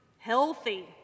healthy